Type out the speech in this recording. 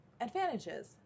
advantages